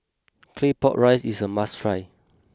Claypot Rice is a must try